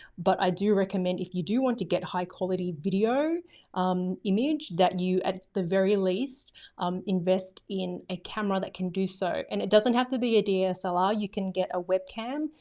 but i do recommend if you do want to get high quality video um image that you at the very least um invest in a camera that can do so and it doesn't have to be a dslr. ah you can get a webcam.